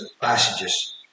passages